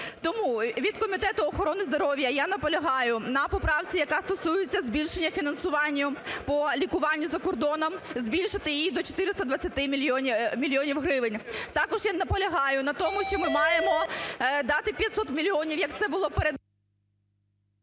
Тому від Комітету охорони здоров'я я наполягаю на поправці, яка стосується збільшення фінансування по лікуванню за кордоном, збільшити її до 420 мільйонів гривень. Також я наполягаю на тому, що ми маємо дати 500 мільйонів, як це було передбачено...